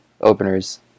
openers